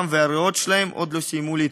והריאות שלהם עוד לא סיימו להתפתח.